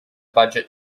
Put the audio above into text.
budget